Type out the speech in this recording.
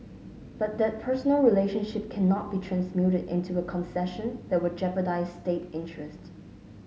but that personal relationship cannot be transmuted into a concession that will jeopardise state interest